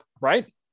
right